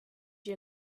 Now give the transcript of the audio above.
you